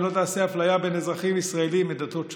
ולא תעשה אפליה בין אזרחים ישראלים מדתות שונות,